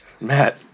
Matt